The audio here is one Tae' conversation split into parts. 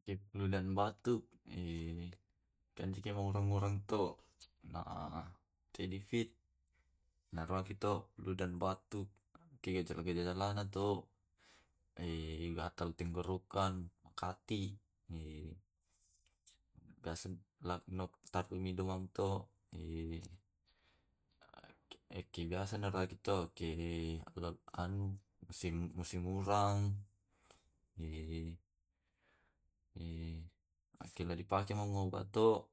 Ake flu dan batuk eh kenkengi orang orang to, nah ke di fit naroakito flu dan batuk. ke gejala-gejalana to gatal tenggorokan makati, biasa laknotar midomam to eki biasana rakito ke anu musim musim urang, akela di pake mangoba to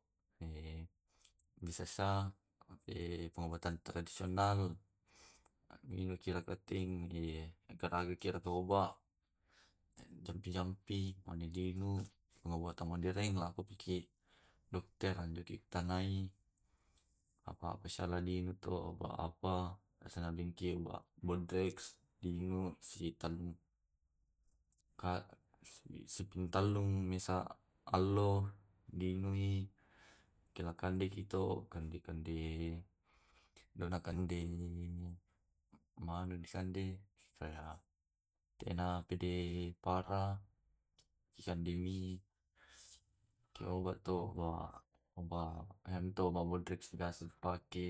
bisasa pengobatan tradisional. Minuki rakating agaraka kira toba jampi-jampi mani dinu pengobatan medoreng lako piki dokter hanjuki tanai, apa pasaladinga to oba apa asanadengke oba bodreks dingo silitalung. Sipingtallung misal allo din diui kena kande kito kande-kande dona kande manu disande. Supaya kena pede para di kande mi, kemabato oba oba emto obat bodrex biasa tu dipake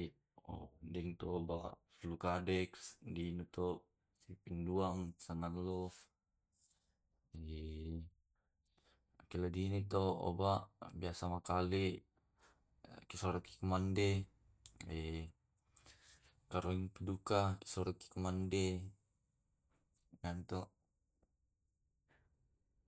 dengto obat flukadex diini to sliping duang sangalolo. Akela diini to obat biasa makale ki suara ki kumande ikurangduka ki suara ki kumande yamto.